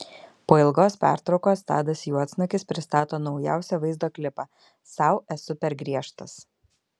po ilgos pertraukos tadas juodsnukis pristato naujausią vaizdo klipą sau esu per griežtas